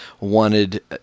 wanted